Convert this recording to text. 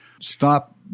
Stop